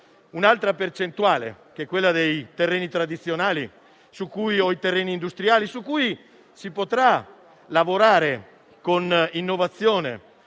un'altra percentuale, quella dei terreni tradizionali o dei terreni industriali, su cui si potrà lavorare con l'innovazione,